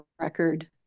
record